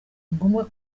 ngombwa